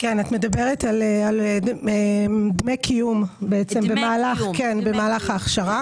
את מדברת על דמי קיום במהלך ההכשרה.